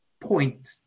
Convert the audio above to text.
point